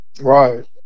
Right